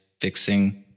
fixing